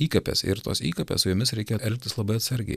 įkapės ir tos įkapės su jomis reikia elgtis labai atsargiai